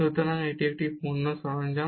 সুতরাং এটি একটি পণ্য সরঞ্জাম